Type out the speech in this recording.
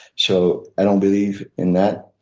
so i don't believe in that.